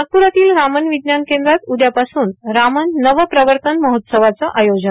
नागप्रातील रामन विज्ञान केंद्रात उद्यापासून रामन नव प्रर्वतन महोत्सवाचं आयोजन